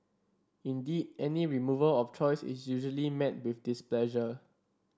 indeed any removal of choice is usually met with displeasure